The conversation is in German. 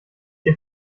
ihr